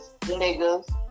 niggas